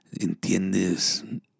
Entiendes